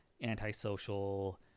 anti-social